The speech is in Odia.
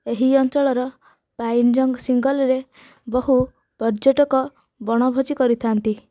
ଏହି ଅଞ୍ଚଳର ପାଇନ୍ ଜଙ୍ଗଲରେ ବହୁ ପର୍ଯ୍ୟଟକ ବଣଭୋଜି କରିଥାନ୍ତି